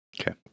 Okay